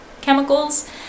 chemicals